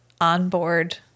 onboard